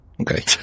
okay